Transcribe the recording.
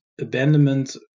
abandonment